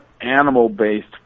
animal-based